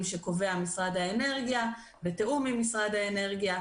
שקובע משרד האנרגיה בתיאום עם משרד האנרגיה,